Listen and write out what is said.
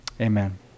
amen